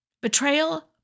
Betrayal